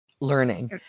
learning